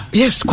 yes